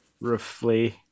roughly